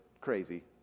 crazy